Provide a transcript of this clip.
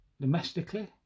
domestically